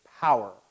power